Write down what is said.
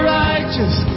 righteous